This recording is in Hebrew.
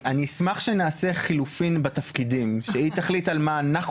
אני אשמח שנעשה חילופים בתפקידים: שהיא תחליט על מה אנחנו